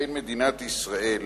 בין מדינת ישראל